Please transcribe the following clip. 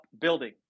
building